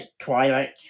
Twilight